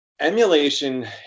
emulation